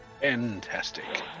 Fantastic